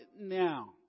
now